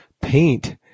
paint